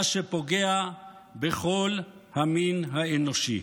מה שפוגע בכל המין האנושי.